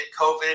COVID